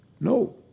No